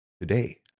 today